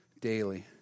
daily